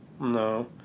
No